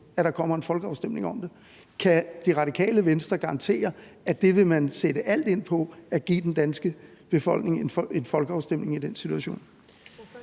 at der kommer en folkeafstemning om det? Kan Radikale Venstre garantere, at man vil sætte alt ind på at give den danske befolkning en folkeafstemning i den situation?